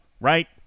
Right